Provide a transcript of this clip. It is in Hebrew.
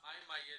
מה עם הילד?